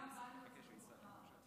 יש לי חדשות בשבילך: